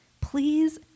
please